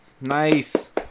Nice